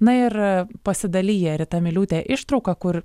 na ir pasidalija rita miliūtė ištrauka kur